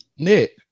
Nick